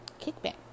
kickback